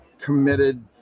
committed